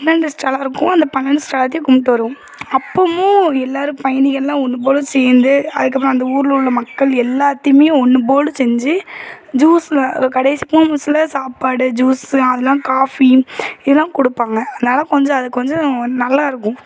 பன்னெண்டு ஸ்தலம் இருக்கும் அந்த பன்னெண்டு ஸ்தலத்தையும் கும்பிட்டு வருவோம் அப்பவும் எல்லாரும் பயணிகள்லாம் ஒன்று போல் சேர்ந்து அதுக்கப்புறம் அந்த ஊர்ல உள்ள மக்கள் எல்லாத்தையுமே ஒன்று போல் செஞ்சு ஜூஸ்ல கடைசி மெஸ்ல சாப்பாடு ஜூஸ் அதெல்லாம் காஃபியும் இதெல்லாம் கொடுப்பாங்க அதனால் கொஞ்சம் அதை கொஞ்சம் நல்லா இருக்கும்